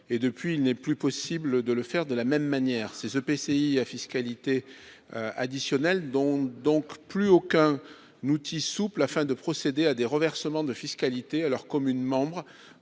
et depuis il n'est plus possible de le faire. De la même manière ces EPCI à fiscalité. Additionnelle dont donc plus aucun nous outil souple afin de procéder à des reversements de fiscalité à leur communes membres.